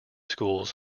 schools